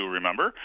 remember